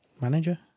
manager